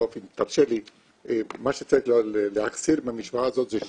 מה שצריך להחסיר מהמשוואה הזאת זה שליש,